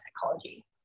psychology